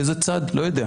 איזה צד, לא יודע.